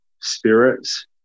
spirits